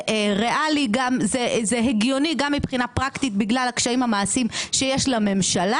זה ריאלי והגיוני גם מבחינה פרקטית בגלל הקשיים המעשיים שיש לממשלה,